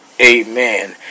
amen